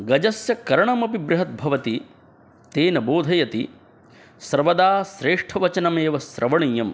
गजस्य कर्णमपि बृहत् भवति तेन बोधयति सर्वदा श्रेष्ठवचनमेव श्रवणीयम्